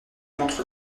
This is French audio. montre